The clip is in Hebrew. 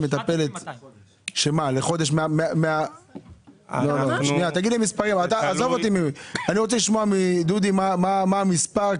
7,200. אני רוצה לשמוע מדודי מה המספר,